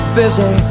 busy